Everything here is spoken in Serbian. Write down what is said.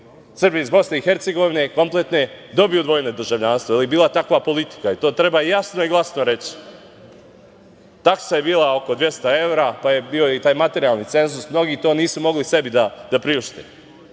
Srbi iz BiH kompletne dobiju dvojno državljanstvo, jer je bila takva politika i to treba jasno i glasno reći. Taksa je bila oko 200 evra, pa je bio i taj materijalni cenzus, mnogi to nisu mogli sebi da priušte.